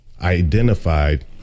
identified